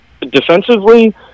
defensively